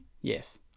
Yes